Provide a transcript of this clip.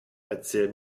erzähl